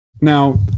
Now